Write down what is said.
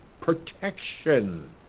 protection